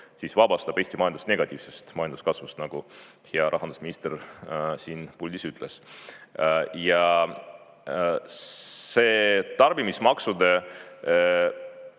vabastab Eesti majandust negatiivsest majanduskasvust, nagu hea rahandusminister siin puldis ütles. Ja see tarbimismaksude